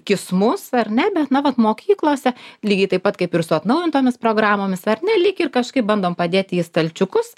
kismus ar ne bet na vat mokyklose lygiai taip pat kaip ir su atnaujintomis programomis ar ne lyg ir kažkaip bandom padėti į stalčiukus